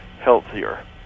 healthier